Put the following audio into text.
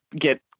get